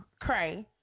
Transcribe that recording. Cray